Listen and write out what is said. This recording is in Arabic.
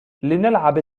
لنلعب